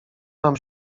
nam